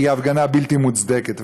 היא הפגנה בלתי מוצדקת,